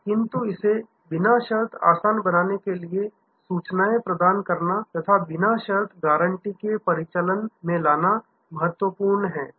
किंतु इसे बिना शर्त आसान बनाने के लिए सूचनाएं प्रदान करना तथा बिना शर्त गारंटी को परिचालन में लाना महत्वपूर्ण है